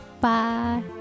Bye